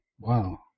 Wow